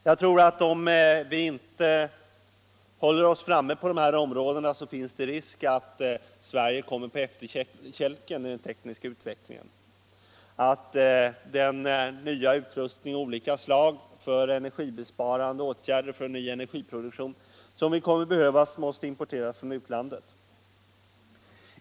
SRA AE SN ER INR ANV Om vi inte håller oss framme på det här området tror jag att det finns Om samarbete för risk för att Sverige kommer på efterkälken i den tekniska utvecklingen = utveckling av ny och att den nya utrustning av olika slag för energibesparande åtgärder = teknik för energioch för ny energiproduktion som vi kommer att behöva måste importeras — produktion m.m. från utlandet.